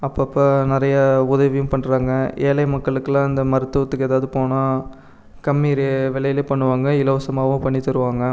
அப்பப்போ நிறைய உதவியும் பண்ணுறாங்க ஏழை மக்களுக்குலாம் இந்த மருத்துவத்துக்கு எதாவது போனால் கம்மி ரே விலைல பண்ணுவாங்க இலவசமாகவும் பண்ணி தருவாங்க